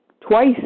twice